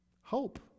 Hope